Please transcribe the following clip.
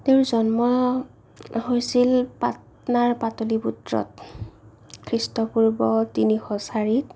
তেওঁৰ জন্ম হৈছিল পাটনাৰ পাতলিপুত্ৰত খ্ৰীষ্টপূৰ্ব তিনিশ চাৰিত